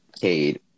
Cade